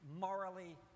morally